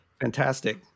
Fantastic